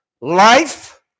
life